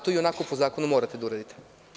To i onako po zakonu morate da uradite.